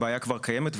הבעיה כבר קיימת,